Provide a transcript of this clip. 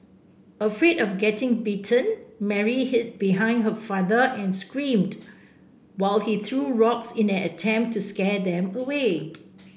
afraid of getting bitten Mary hid behind her father and screamed while he threw rocks in an attempt to scare them away